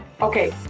okay